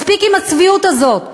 מספיק עם הצביעות הזאת.